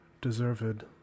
deserved